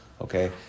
okay